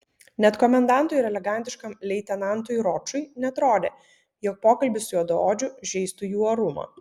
net komendantui ir elegantiškam leitenantui ročui neatrodė jog pokalbis su juodaodžiu žeistų jų orumą